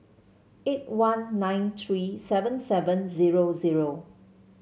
eight one nine three seven seven zero zero